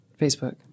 Facebook